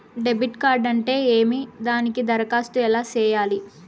debit card అంటే ఏమి దానికి దరఖాస్తు ఎలా సేయాలి